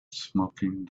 smoking